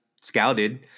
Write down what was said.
scouted